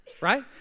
right